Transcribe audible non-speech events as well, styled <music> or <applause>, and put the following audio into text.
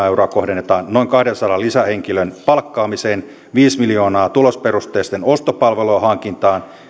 <unintelligible> euroa kohdennetaan noin kahdensadan lisähenkilön palkkaamiseen viisi miljoonaa tulosperusteisten ostopalvelujen hankintaan